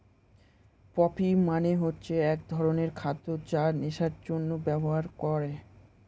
poppy মানে হচ্ছে এক ধরনের খাদ্য যা নেশার জন্যে ব্যবহার করে